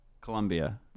Colombia